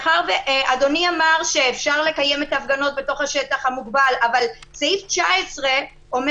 אדוני אמר שאפשר לקיים את ההפגנות בתוך השטח המוגבל אבל סעיף 19 אומר